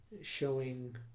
showing